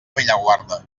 bellaguarda